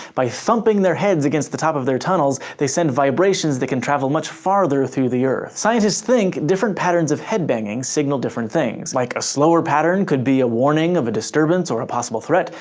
by thumping their heads against the tops of their tunnels they send vibrations that can travel much farther through the earth. scientists think different patterns of head-banging signal different things. like a slower pattern could be a warning or a disturbance or a possible threat,